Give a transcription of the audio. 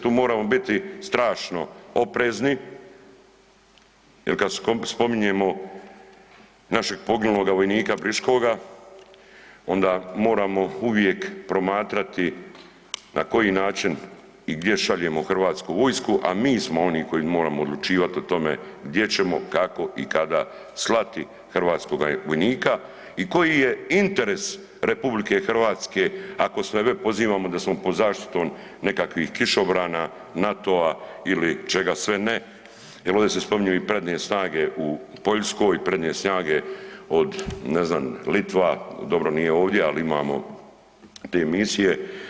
Tu moramo biti strašno oprezni jel kad spominjemo našeg poginuloga vojnika Briškoga onda moramo uvijek promatrati na koji način i gdje šaljemo HV, a mi smo oni koji moramo odlučivat o tome gdje ćemo, kako i kada slati hrvatskoga vojnika i koji je interes RH ako se ovdje pozivamo da smo pod zaštitom nekakvih kišobrana, NATO-a ili čega sve ne jel ovdje se spominju i prednje snage u Poljskoj, prednje snage od ne znam Litva, dobro nije ovdje, ali imamo te misije.